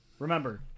Remember